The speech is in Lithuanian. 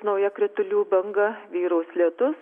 nauja kritulių banga vyraus lietus